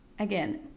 Again